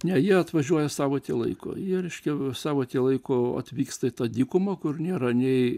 ne jie atvažiuoja savaitei laiko ir reiškia savaitę laiko atvyksta į tą dykuma kur nėra nei